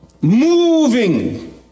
moving